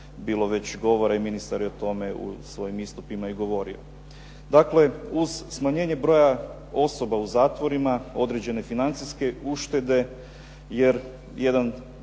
bilo već govora i ministar je o tome u svojim istupima i govorio. Dakle, uz smanjenje broja osoba u zatvorima određene financijske uštede jer jedan